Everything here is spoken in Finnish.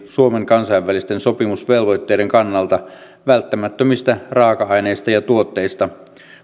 suomen kansainvälisten sopimusvelvoitteiden kannalta välttämättömistä raaka aineista ja tuotteista